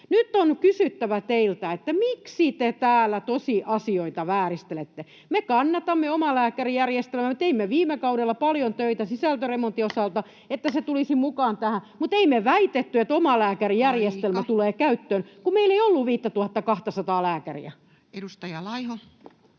Nyt on kysyttävä teiltä: miksi te täällä tosiasioita vääristelette? Me kannatamme omalääkärijärjestelmää. Me teimme viime kaudella paljon töitä sisältöremontin osalta, niin että se tulisi mukaan tähän, mutta ei me väitetty, että omalääkärijärjestelmä tulee käyttöön, [Puhemies: Aika!] kun meillä ei ollut 5 200:aa lääkäriä. Edustaja Laiho.